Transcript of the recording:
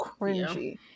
cringy